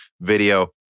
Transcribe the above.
video